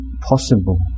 possible